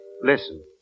Listen